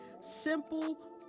simple